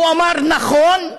הוא אמר: נכון,